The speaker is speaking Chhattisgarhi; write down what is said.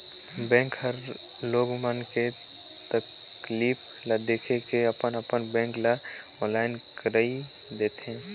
बेंक हर लोग मन के तकलीफ ल देख के अपन अपन बेंक ल आनलाईन कइर देथे